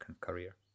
career